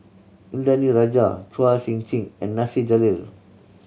Indranee Rajah Chua Sian Chin and Nasir Jalil